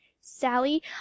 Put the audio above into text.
sally